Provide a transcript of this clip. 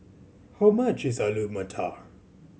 how much is Alu Matar